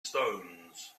stones